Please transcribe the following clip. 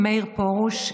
מאיר פרוש,